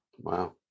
Wow